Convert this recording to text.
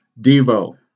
Devo